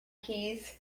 keys